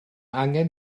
angen